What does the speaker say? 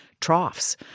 troughs